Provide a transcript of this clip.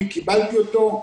אני קיבלתי אותו,